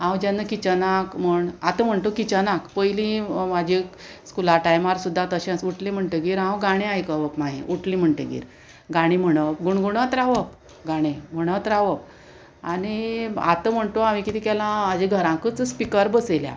हांव जेन्ना किचनाक म्हण आतां म्हण तूं किचनाक पयलीं म्हाजे स्कुला टायमार सुद्दां तशेंच उठलें म्हणटगीर हांव गाणें आयकप मागीर उठलें म्हणटगीर गाणे म्हणप गुणगुणत रावप गाणें म्हणत रावप आनी आतां म्हण तूं हांवें किदें केलां हाज्या घरांकूच स्पिकर बसयल्या